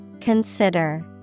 Consider